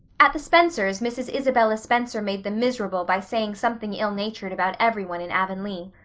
at the spencers' mrs. isabella spencer made them miserable by saying something ill-natured about everyone in avonlea.